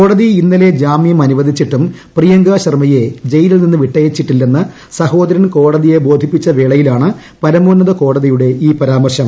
കോടതി ഇന്നലെ ജാമ്യം അനുവദിച്ചിട്ടും പ്രിയങ്ക ശർമ്മയെ ജയിലിൽ നിന്ന് വിട്ടയച്ചില്ലെന്ന് സഹോദരൻ കോടതിയെ ബോധിപ്പിച്ച വേളയിലാണ് പരമോന്നത കോടതിയുടെ ഈ പരാമർശം